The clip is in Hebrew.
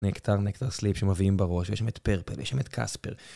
נקטר, נקטר סליפ שמביאים בראש, יש שם את פרפל, יש שם את קספר.